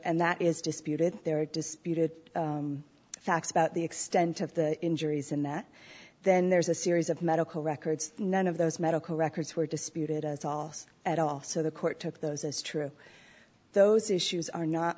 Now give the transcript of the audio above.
and that is disputed there are disputed facts about the extent of the injuries and that then there's a series of medical records none of those medical records were disputed at all so the court took those as true those issues are not